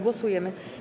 Głosujemy.